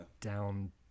down